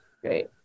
Great